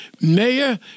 Mayor